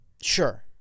Sure